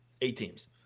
Eight-teams